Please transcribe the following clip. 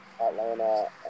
Atlanta